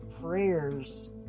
prayers